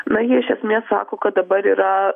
na jie iš esmės sako kad dabar yra